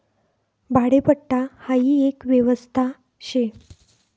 भाडेपट्टा हाई एक व्यवस्था शे